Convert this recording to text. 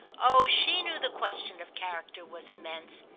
oh she knew the question of character was immense,